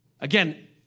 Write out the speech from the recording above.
Again